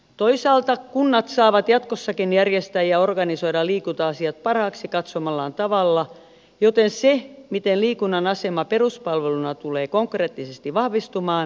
toisaalta kunnat saavat jatkossakin järjestää ja organisoida liikunta asiat parhaaksi katsomallaan tavalla joten se miten liikunnan asema peruspalveluna tulee konkreettisesti vahvistumaan arveluttaa minua